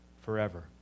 forever